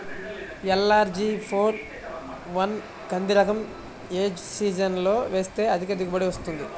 LRG four one కంది రకం ఏ సీజన్లో వేస్తె అధిక దిగుబడి వస్తుంది?